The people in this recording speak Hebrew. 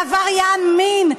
לעבריין מין,